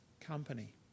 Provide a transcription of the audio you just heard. company